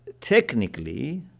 technically